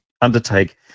undertake